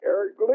Eric